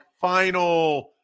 final